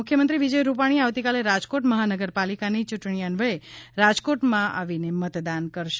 મુખ્યમંત્રી શ્રી વિજયભાઈ રૂપાણી આવતીકાલે રાજકોટ મહાનગરપાલિકાની ચૂંટણી અન્વચે રાજકોટમાં આવીને મતદાન કરશે